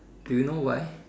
do you know why